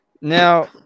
Now